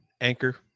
anchor